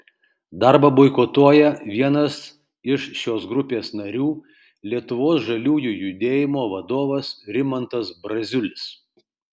darbą boikotuoja vienas iš šios grupės narių lietuvos žaliųjų judėjimo vadovas rimantas braziulis